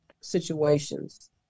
situations